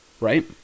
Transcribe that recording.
right